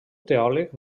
teòleg